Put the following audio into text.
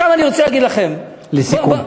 עכשיו, אני רוצה להגיד לכם, לסיכום.